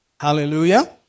Hallelujah